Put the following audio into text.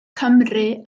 cymru